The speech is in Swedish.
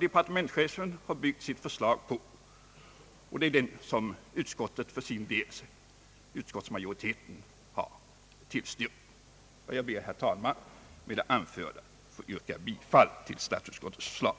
Departementschefen har byggt sitt av utskottsmajoriteten tillstyrkta förslag på denna utredning. Med det anförda ber jag, herr talman, att få yrka bifall till statsutskottets förslag.